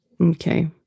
Okay